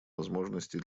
возможностей